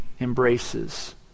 embraces